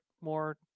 more